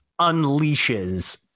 unleashes